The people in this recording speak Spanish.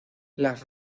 las